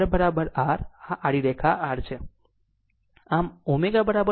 તો Z R આ આડી રેખા R છે